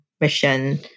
mission